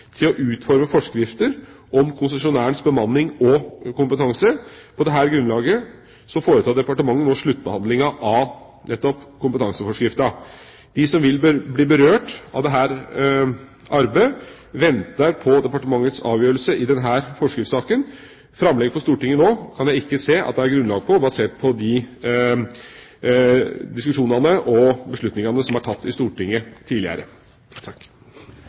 til å utforme forskrifter om konsesjonærenes bemanning og kompetanse. På dette grunnlaget foretar departementet nå sluttbehandlinga av nettopp kompetanseforskriften. De som vil bli berørt av dette arbeidet, venter på departementets avgjørelse i denne forskriftssaken. Framlegg for Stortinget nå kan jeg ikke se at det er grunnlag for, basert på de diskusjonene og beslutningene som er tatt i Stortinget tidligere.